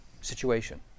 situation